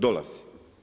Dolazi.